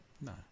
No